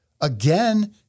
Again